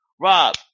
Rob